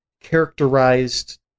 characterized